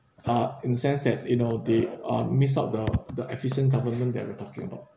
uh in the sense that you know they uh missed out the the efficient government that we're talking about